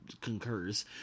concurs